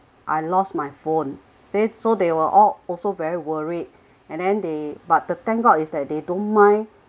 I lost my phone then so they were all also very worried and then they but the thank god is that they don't mind